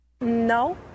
No